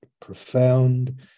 profound